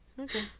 Okay